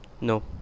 No